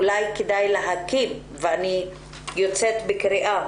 אולי כדאי להקים אני יוצאת בקריאה